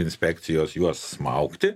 inspekcijos juos smaugti